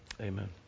Amen